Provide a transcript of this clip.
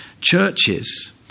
churches